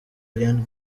ariana